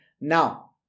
Now